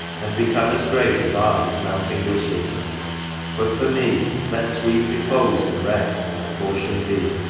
and become as great as are his mounting wishes but for me, let sweet repose and rest my portion be.